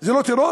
זה לא טרור?